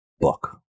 book